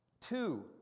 Two